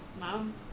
Mom